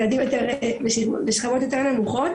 ילדים משכבות יותר נמוכות,